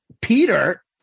Peter